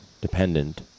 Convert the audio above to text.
dependent